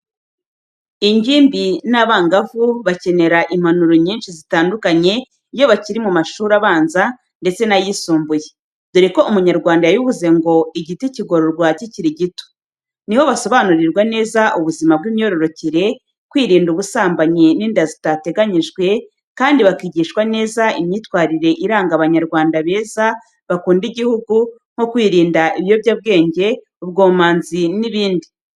Ingimbi n’abangavu bakenera impanuro nyinshi zitandukanye iyo bakiri mu mashuri abanza ndetse n’ayisumbuye, dore ko umunyarwanda yabivuze neza ngo “igiti kigororwa kikiri gito”. Ni ho basobanurirwa neza ubuzima bw’imyororokere, kwirinda ubusambanyi n’inda zitateganyijwe, kandi bakigishwa neza imyitwarire iranga Abanyarwanda beza bakunda igihugu, nko kwirinda ibiyobyabwenge, ubwomanzi n’ibindi.